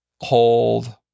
hold